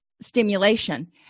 stimulation